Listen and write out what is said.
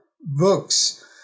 books